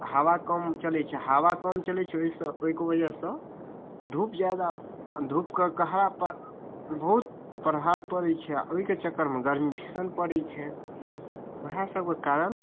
हावा कम चलै छै हावा कम चलै छै ओहि सऽ ओहिके वजह सऽ धूप जादा धूपके गहरा बहुत प्रभाव पड़ै छै ओहिके चक्करमे गरमी भीषण पड़ै छै वएह सबके कारण